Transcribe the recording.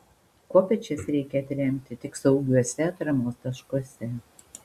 kopėčias reikia atremti tik saugiuose atramos taškuose